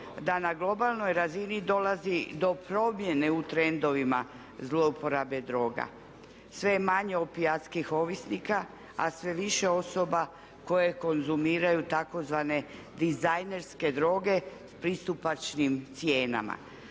da na globalnoj razini dolazi do promjene u trendovima zlouporabe droga. Sve je manje opijatskih ovisnika a sve više osoba koje konzumiraju tzv. dizajnerske droge pristupačnim cijenama.